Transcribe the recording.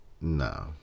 no